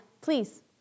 Please